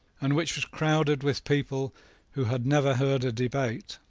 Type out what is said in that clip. and which was crowded with people who had never heard a debate,